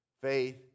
Faith